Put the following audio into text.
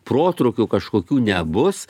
protrūkių kažkokių nebus